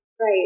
Right